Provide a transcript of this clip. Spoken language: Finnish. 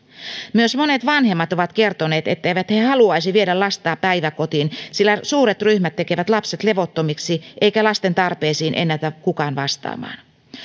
myös monet vanhemmat ovat kertoneet etteivät he haluaisi viedä lastaan päiväkotiin sillä suuret ryhmät tekevät lapset levottomiksi eikä lasten tarpeisiin ennätä kukaan vastaamaan